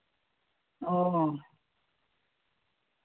ᱚᱻ